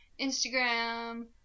Instagram